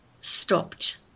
stopped